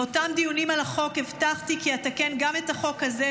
באותם דיונים על החוק הבטחתי כי אתקן גם את החוק הזה,